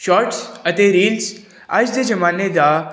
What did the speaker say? shorts ਅਤੇ reels ਅੱਜ ਦੇ ਜ਼ਮਾਨੇ ਦਾ